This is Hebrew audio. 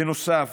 בנוסף,